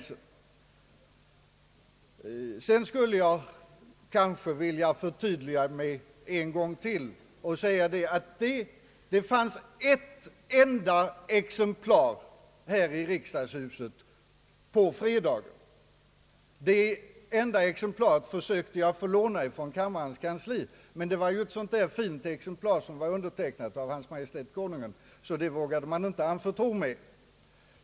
Sedan skulle jag vilja förtydliga mig en gång till och säga att det på fredagen fanns ett enda exemplar av propositionen här i första kammaren. Det enda exemplaret försökte jag att få låna från kammarens kansli, men det var ett sådant där fint exemplar som var undertecknat av Hans Majestät Konungen, så det vågade man inte anförtro mig.